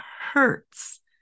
hurts